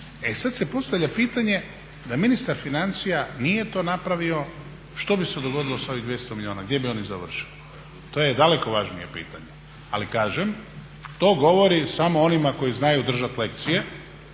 E sada se postavlja pitanje da ministar financija nije to napravio što bi se dogodilo sa ovih 200 milijuna, gdje bi oni završili? To je daleko važnije pitanje. Ali kažem, to govorim samo onima koji znaju držati lekcije,